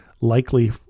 likely